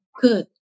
good